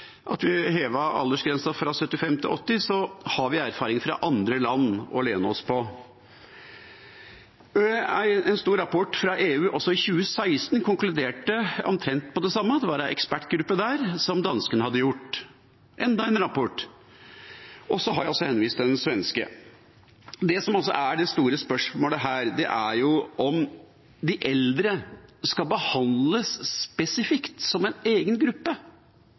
vi hevet aldersgrensen fra 75 år til 80 år, men vi har erfaring fra andre land å lene oss på. En stor rapport fra EU, også fra 2016, konkluderte omtrent med det samme. Det var en ekspertgruppe som danskene hadde satt ned, og det kom enda en rapport. Jeg har også henvist til den svenske. Det som er det store spørsmålet her, er om de eldre skal behandles spesifikt, som en egen gruppe.